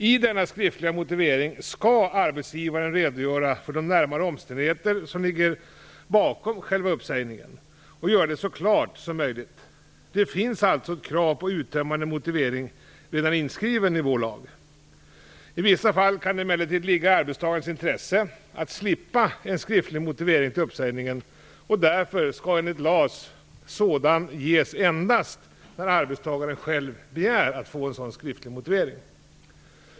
I denna skriftliga motivering skall arbetsgivaren redogöra för de närmare omständigheter som ligger bakom själva uppsägningen och göra det så klart som möjligt. Ett krav på en uttömmande motivering finns alltså redan inskrivet i vår lag. I vissa fall kan det emellertid ligga i arbetstagarens intresse att slippa en skriftlig motivering till uppsägningen, och därför skall enligt LAS sådan ges endast när arbetstagaren själv begär att få en sådan skriftlig motivering.